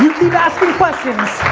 keep asking questions,